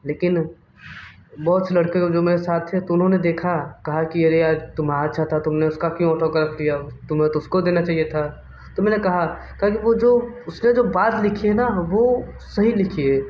लेकिन बहुत से लड़के जो मेरे साथ थे तो उन्होंने देखा कहा कि अरे यार तुम्हारा अच्छा था तो तुम ने उसका क्यों ऑटोग्राफ दिया वो तुम्हें तो उसको देना चाहिए था तो मैंने कहा कहा कि वो जो उसने जो बात लिखी है ना वो सही लिखी है